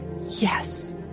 yes